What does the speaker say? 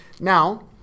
Now